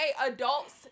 adults